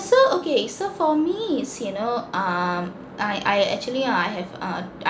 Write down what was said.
so okay so for me is you know um I I actually I have uh